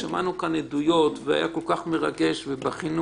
שמענו כאן עדויות וזה היה כל כך מרגש ובכינו